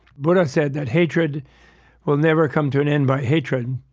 buddha said that hatred will never come to an end by hatred.